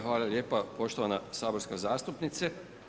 Hvala lijepo poštovana saborska zastupnice.